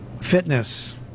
Fitness